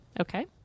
Okay